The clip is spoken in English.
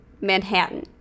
Manhattan